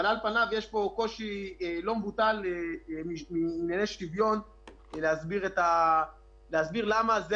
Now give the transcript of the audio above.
אבל על פניו יש פה קושי לא מבוטל בענייני שוויון להסביר למה זה